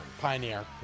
Pioneer